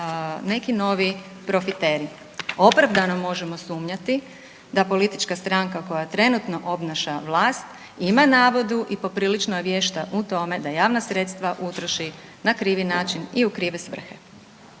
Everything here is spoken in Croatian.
neki novi profiteri. Opravdano možemo sumnjati da politička stranka koja trenutno obnaša vlast ima navodu i poprilično je vješta u tome da javna sredstva utroši na krivi način i u krive svrhe,